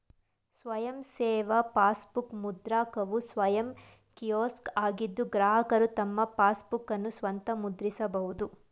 ಸ್ವಯಂ ಸೇವಾ ಪಾಸ್ಬುಕ್ ಮುದ್ರಕವು ಸ್ವಯಂ ಕಿಯೋಸ್ಕ್ ಆಗಿದ್ದು ಗ್ರಾಹಕರು ತಮ್ಮ ಪಾಸ್ಬುಕ್ಅನ್ನ ಸ್ವಂತ ಮುದ್ರಿಸಬಹುದು